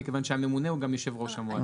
מכיוון שהממונה הוא גם יושב ראש המועצה.